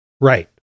Right